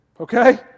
okay